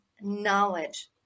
knowledge